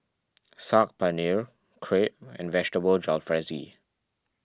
Saag Paneer Crepe and Vegetable Jalfrezi